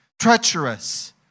treacherous